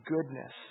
goodness